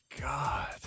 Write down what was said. God